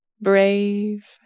brave